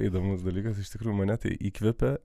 įdomus dalykas iš tikrųjų mane tai įkvepia